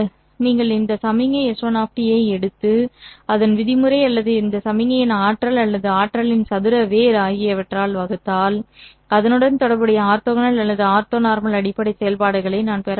நீங்கள் இந்த சமிக்ஞை S1 ஐ எடுத்து அதன் விதிமுறை அல்லது இந்த சமிக்ஞையின் ஆற்றல் அல்லது ஆற்றலின் சதுர வேர் ஆகியவற்றால் வகுத்தால் அதனுடன் தொடர்புடைய ஆர்த்தோகனல் அல்லது ஆர்த்தோனார்மல் அடிப்படை செயல்பாடுகளை நான் பெற முடியும்